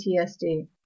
PTSD